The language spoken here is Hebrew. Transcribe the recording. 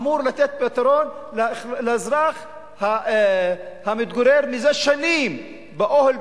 אמור לתת פתרון לאזרח המתגורר זה שנים באוהל,